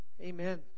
Amen